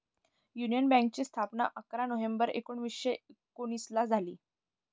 union बँकेची स्थापना अकरा नोव्हेंबर एकोणीसशे एकोनिसला झाली